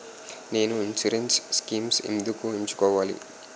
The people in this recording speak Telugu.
నేను ఇన్సురెన్స్ స్కీమ్స్ ఎందుకు ఎంచుకోవాలి?